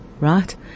right